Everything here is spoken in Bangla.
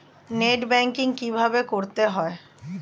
নেট ব্যাঙ্কিং কীভাবে করতে হয়?